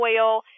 oil